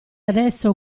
adesso